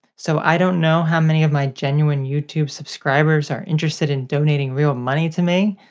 so i don't know how many of my genuine youtube subscribers are interested in donating real money to me.